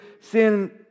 sin